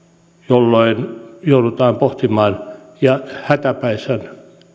jolloin joudutaan pohtimaan ja hätäpäissään